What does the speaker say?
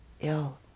ill